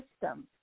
system